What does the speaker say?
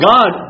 God